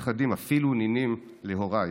נכדים ואפילו נינים להוריי,